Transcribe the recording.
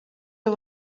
nhw